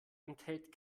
enthält